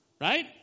Right